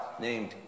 named